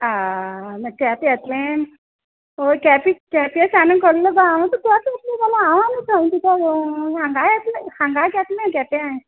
मागीर केंपे येत्लें ओ केंपी केंप्या सावनू कोल्ल गो हांव तुका हांव आनी सांग तुका गो हांगां येत्लें हांगां घेतलें केंप्यां आंय